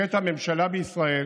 הבאת ממשלה בישראל